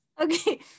Okay